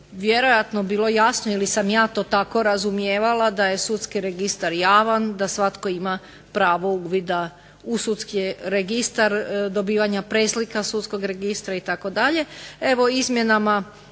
vjerojatno bilo jasno ili sam ja to tako razumijevala da je sudski registar javan, da svatko ima pravo uvida u sudski registar, dobivanja preslika sudskog registra itd.